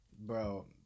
bro